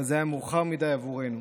אבל זה היה מאוחר מדי עבורנו,